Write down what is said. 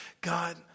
God